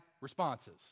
responses